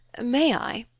may i?